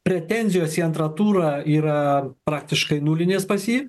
pretenzijos į antrą turą yra praktiškai nulinės pas jį